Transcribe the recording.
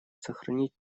сохранить